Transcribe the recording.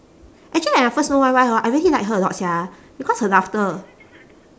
actually I at first know Y_Y hor I really like her a lot sia because her laughter